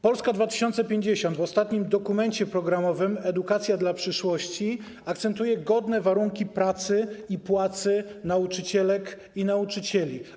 Polska 2050 w ostatnim dokumencie programowym ˝Edukacja dla przyszłości˝ akcentuje godne warunki pracy i płacy nauczycielek i nauczycieli.